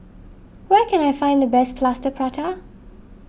where can I find the best Plaster Prata